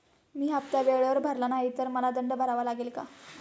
मी हफ्ता वेळेवर भरला नाही तर मला दंड भरावा लागेल का?